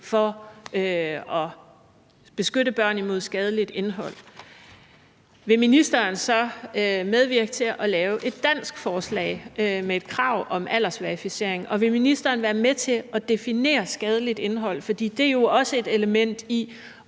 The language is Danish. for at beskytte børn mod skadeligt indhold, vil ministeren så medvirke til at lave et dansk forslag med et krav om aldersverificering? Og vil ministeren være med til at definere skadeligt indhold, for det er jo også et element